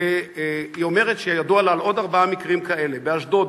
והיא אומרת שידוע לה על עוד ארבעה מקרים כאלה: באשדוד,